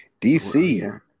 DC